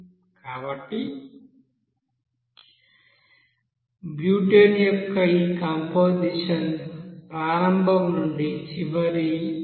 కాబట్టి బ్యూటేన్ యొక్క ఈ కంపొజిషన్ ప్రారంభం నుండి చివరి 0